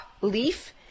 leaf